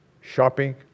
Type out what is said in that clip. shopping